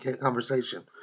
conversation